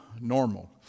normal